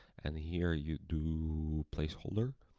and here you do placeholder,